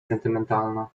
sentymentalna